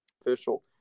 official